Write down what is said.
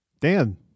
Dan